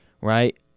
right